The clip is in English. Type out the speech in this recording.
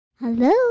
Hello